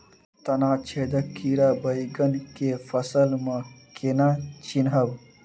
तना छेदक कीड़ा बैंगन केँ फसल म केना चिनहब?